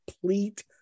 complete